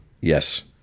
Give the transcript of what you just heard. Yes